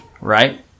right